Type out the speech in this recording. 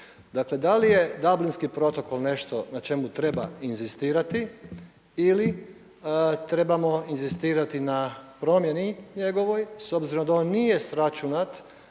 Dakle, da li je Dublinski protokol nešto na čemu treba inzistirati ili trebamo inzistirati na promjeni njegovoj s obzirom da on nije sračunat